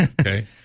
Okay